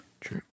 True